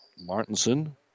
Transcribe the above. Martinson